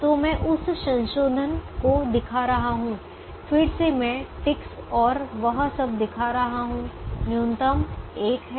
तो मैं उस संशोधन को दिखा रहा हूं फिर से मैं टिक्स और वह सब दिखा रहा हूं न्यूनतम 1 है